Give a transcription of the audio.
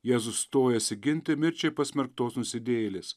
jėzus sustojasi ginti mirčiai pasmerktos nusidėjėlės